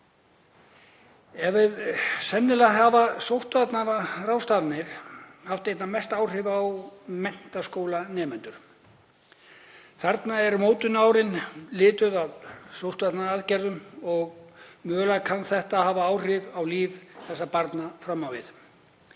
farveg. Sennilega hafa sóttvarnaráðstafanir haft einna mest áhrif á menntaskólanemendur. Þarna eru mótunarárin lituð af sóttvarnaaðgerðum og mögulega kann þetta að hafa áhrif á líf þessara barna fram í